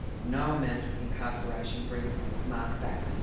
no amount of incarceration brings mark back,